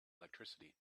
electricity